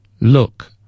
Look